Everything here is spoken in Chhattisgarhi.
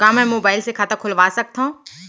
का मैं मोबाइल से खाता खोलवा सकथव?